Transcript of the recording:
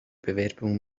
bewerbung